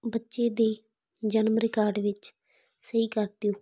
ਬੱਚੇ ਦੇ ਜਨਮ ਰਿਕਾਰਡ ਵਿੱਚ ਸਹੀ ਕਰ ਦਿਓ